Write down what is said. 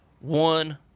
one